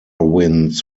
wins